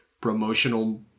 promotional